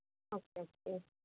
okay சரி